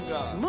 God